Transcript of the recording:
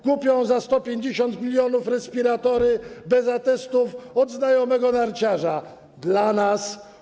Kupią za 150 mln respiratory bez atestów od znajomego narciarza dla nas.